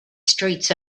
streets